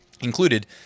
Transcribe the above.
included